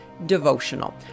Devotional